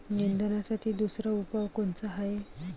निंदनासाठी दुसरा उपाव कोनचा हाये?